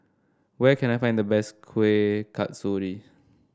where can I find the best Kuih Kasturi